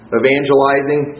evangelizing